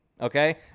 okay